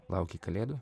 lauki kalėdų